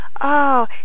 Oh